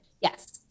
Yes